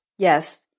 Yes